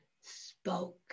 spoke